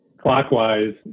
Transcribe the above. clockwise